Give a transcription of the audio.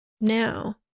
now